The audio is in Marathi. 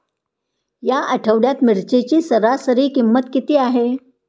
या आठवड्यात मिरचीची सरासरी किंमत किती आहे?